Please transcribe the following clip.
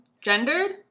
gendered